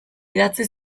idatzi